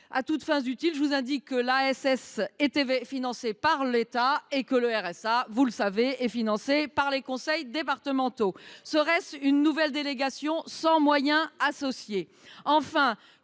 À toutes fins utiles, je vous indique que l’ASS était financée par l’État et que le RSA l’est par les conseils départementaux. Serait ce une nouvelle délégation sans moyens associés ?